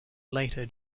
later